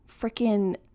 freaking